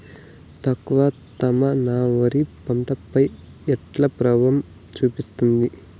తక్కువ తేమ నా వరి పంట పై ఎట్లా ప్రభావం చూపిస్తుంది?